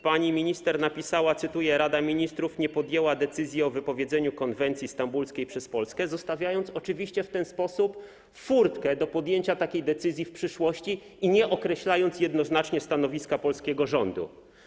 Pani minister napisała, cytuję: Rada Ministrów nie podjęła decyzji o wypowiedzeniu konwencji stambulskiej przez Polskę, zostawiając oczywiście w ten sposób furtkę do podjęcia takiej decyzji w przyszłości i nie określając jednoznacznie stanowiska polskiego rządu.